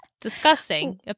disgusting